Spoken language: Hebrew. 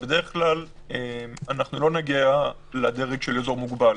אז בדרך כלל לא נגיע לדרג של אזור מוגבל.